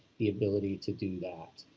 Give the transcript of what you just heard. the ability to do that.